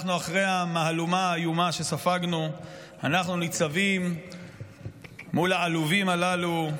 אחרי המהלומה האיומה שספגנו אנחנו ניצבים מול העלובים הללו,